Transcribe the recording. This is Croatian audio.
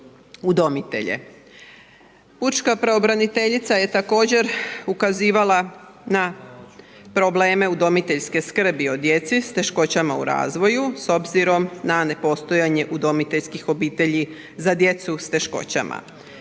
Pučka pravobraniteljica je također ukazivala na probleme udomiteljske skrbi o djeci s teškoćama u razvoju s obzirom na nepostojanje udomiteljskih obitelji za djecu s teškoćama